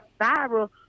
viral